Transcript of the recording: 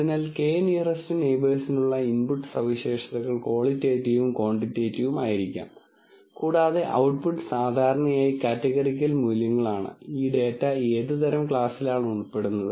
അതിനാൽ k nearest നെയിബേഴ്സിനുള്ള input സവിശേഷതകൾ ക്വാളിറ്റേറ്റിവും ക്വാണ്ടിറ്റേറ്റീവും ആയിരിക്കാം കൂടാതെ ഔട്ട്പുട്ട് സാധാരണയായി കാറ്റഗറിക്കൽ മൂല്യങ്ങളാണ് ഈ ഡാറ്റ ഏത് തരം ക്ലാസിലാണ് ഉൾപ്പെടുന്നത്